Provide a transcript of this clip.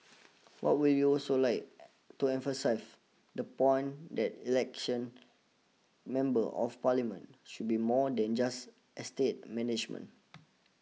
what we would also like to emphasise the point that election members of parliament should be more than just estate management